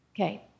Okay